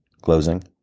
closing